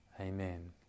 Amen